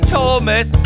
Thomas